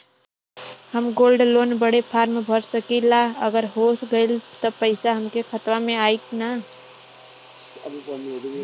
हम gold loan बड़े form भर सकी ला का अगर हो गैल त पेसवा हमरे खतवा में आई ना?